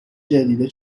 جدیدا